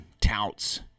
touts